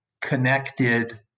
connected